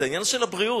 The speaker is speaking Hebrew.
זה העניין של הבריאות.